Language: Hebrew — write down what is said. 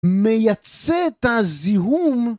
‫מייצא את הזיהום?